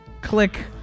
click